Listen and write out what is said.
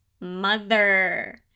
mother